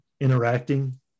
interacting